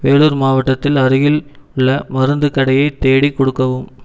வேலூர் மாவட்டத்தில் அருகில் உள்ள மருந்துக் கடையை தேடிக் கொடுக்கவும்